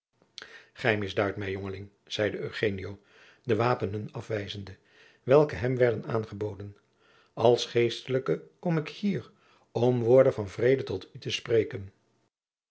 gij misduidt mij jongeling zeide eugenio de wapenen afwijzende welke hem werden aangeboden als geestelijke kom ik hier om woorden van vrede tot u te spreken